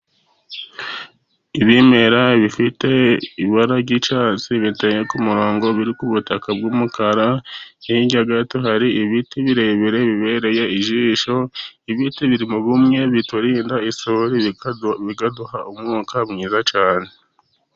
Ibimera bifite ibara gicasi, biteye ku murongo, biri ku butaka bw'umukara, hirya gato hari ibiti birebire bibereye ijisho. Ibiti biri mu bumwe biturinda isuri, bikaduha umwuka mwiza cyane.